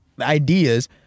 ideas